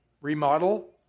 remodel